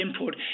input